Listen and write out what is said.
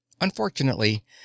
Unfortunately